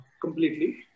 completely